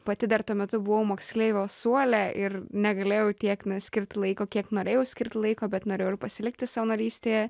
pati dar tuo metu buvau moksleivio suole ir negalėjau tiek ne skirti laiko kiek norėjau skirt laiko bet norėjau ir pasilikti savanorystėje